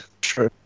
true